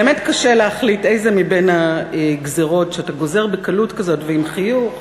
באמת קשה להחליט איזו מבין הגזירות שאתה גוזר בקלות כזאת ועם חיוך,